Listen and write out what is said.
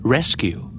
Rescue